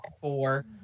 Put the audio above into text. four